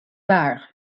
برق